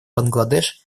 бангладеш